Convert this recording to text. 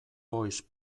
voice